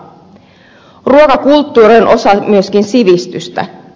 ruokakulttuuri on myöskin osa sivistystä